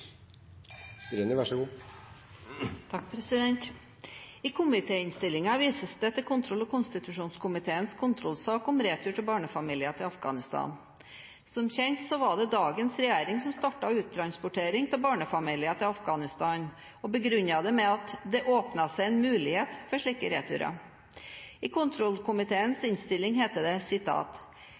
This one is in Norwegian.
I komitéinnstillingen vises det til kontroll- og konstitusjonskomiteens kontrollsak om retur av barnefamilier til Afghanistan. Som kjent var det dagens regjering som startet uttransportering av barnefamilier til Afghanistan, og begrunnet det med at det åpnet seg en mulighet for slike returer. I kontrollkomiteens innstilling – Innst. 214 S for 2014–2015 – heter det: